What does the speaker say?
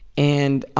and